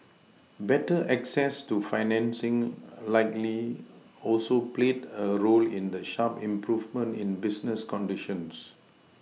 better access to financing likely also played a role in the sharp improvement in business conditions